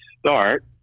start